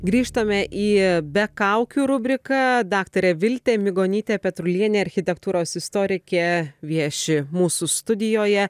grįžtame į be kaukių rubriką daktarė viltė migonytė petrulienė architektūros istorikė vieši mūsų studijoje